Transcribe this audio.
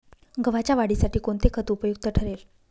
गव्हाच्या वाढीसाठी कोणते खत उपयुक्त ठरेल?